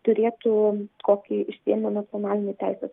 turėtų kokį išsiėmę nacionalinį teisės